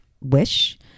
wish